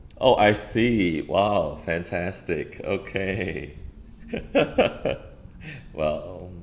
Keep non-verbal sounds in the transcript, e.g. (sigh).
oh I see !wow! fantastic okay (laughs) well